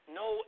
no